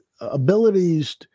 abilities